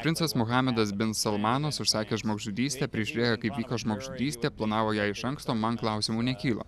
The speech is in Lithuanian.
princas muhamedas bin salmanas užsakė žmogžudystę prižiūrėjo kaip vyko žmogžudystė planavo ją iš anksto man klausimų nekyla